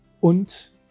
und